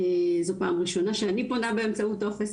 זו פעם ראשונה שאני פונה באמצעות טופס